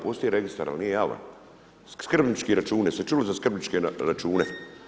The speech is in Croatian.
Postoji registar ali nije javan, skrbnički računi, jeste čuli za skrbničke račune?